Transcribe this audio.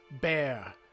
bear